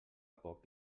poc